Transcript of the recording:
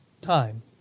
time